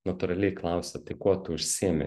natūraliai klausiat tai kuo tu užsiimi